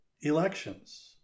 elections